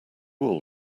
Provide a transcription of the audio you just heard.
all